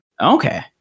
Okay